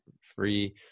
free